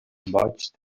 boigs